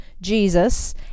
Jesus